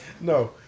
no